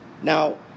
Now